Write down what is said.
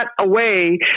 away